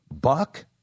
Buck